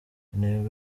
intego